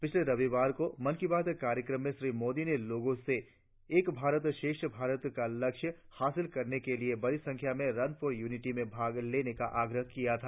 पिछले रविवार को मन की बात कार्यक्रम में श्री मोदी ने लोगों से एक भारत श्रेष्ठ भारत का लक्ष्य हासिल करने के लिए बड़ी संख्या में रन फॉर यूनिटी में भाग लेने का आगाह किया आ